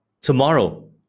tomorrow